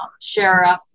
sheriff